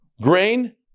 grain